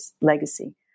legacy